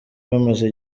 bamaze